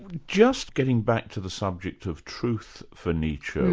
just getting back to the subject of truth for nietzsche.